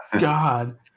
God